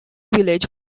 village